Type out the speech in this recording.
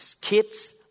kids